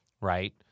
Right